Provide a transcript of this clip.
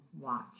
watch